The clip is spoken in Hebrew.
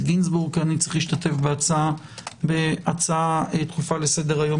גינזבורג כי אני צריך להשתתף בהצעה דחופה לסדר-היום